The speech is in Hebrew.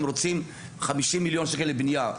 הם רוצים 50 מיליון שקל לבנייה.